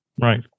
Right